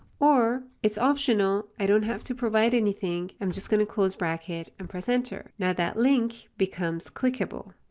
or it's optional. i don't have to provide anything. i'm just going to close bracket and press enter. now that link becomes clickable.